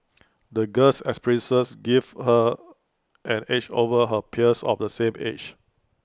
the girl's experiences gave her an edge over her peers of the same age